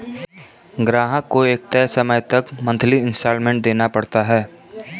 ग्राहक को एक तय समय तक मंथली इंस्टॉल्मेंट देना पड़ता है